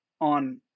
on